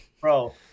Bro